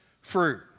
fruit